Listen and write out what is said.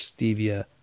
stevia